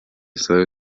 свою